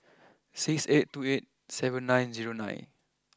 six eight two eight seven nine zero nine